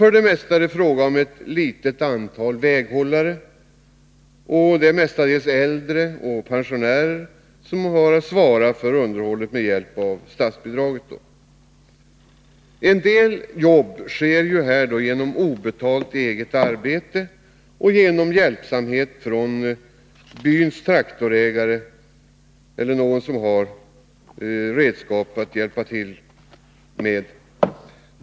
I regel är det fråga om ett litet antal väghållare, mestadels "äldre och pensionärer, som har att svara för underhållet med hjälp av statsbidraget. En del jobb görs genom obetalt eget arbete eller genom hjälpsamhet från byns traktorägare eller någon som har redskap.